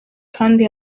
kandi